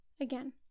Again